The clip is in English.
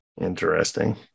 interesting